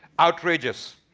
outrageous.